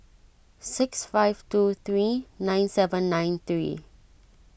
six five two three nine seven nine three